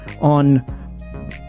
on